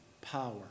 power